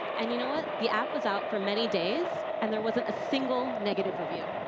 and you know what? the app was out for many days and there wasn't a single negative review.